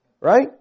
Right